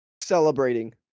celebrating